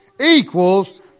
equals